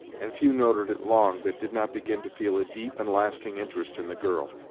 and few noted it long that did not begin to feel a deep and lasting interest in the girl.